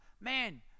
man